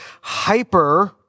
hyper